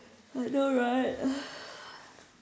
I know right